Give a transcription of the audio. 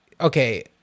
okay